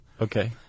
Okay